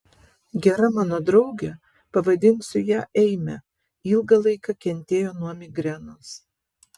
gera mano draugė pavadinsiu ją eime ilgą laiką kentėjo nuo migrenos